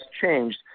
changed